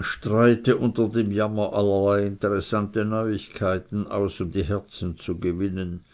streute unter dem jammern allerlei interessante neuigkeiten aus um die herzen zu gewinnen